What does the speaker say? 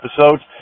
episodes